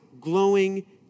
glowing